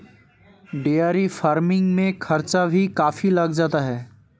dairy farming में खर्चा भी काफी लग जाता है